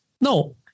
No